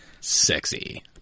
sexy